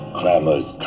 clamors